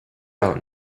out